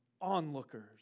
onlookers